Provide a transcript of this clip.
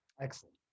Excellent